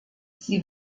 sie